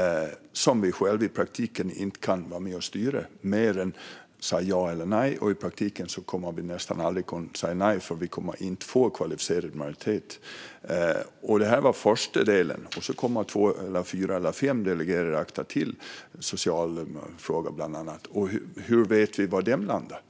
- som vi inte kan vara med och styra med mer än att säga ja eller nej, kommer vi i praktiken aldrig att kunna säga nej eftersom det inte kommer att bli kvalificerad majoritet. Det här är den första delen. Sedan kommer ytterligare två, fyra eller fem delegerade akter, bland annat om sociala frågor. Hur vet vi var de landar?